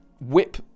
whip